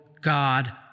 God